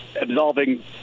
absolving